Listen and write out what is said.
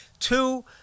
Two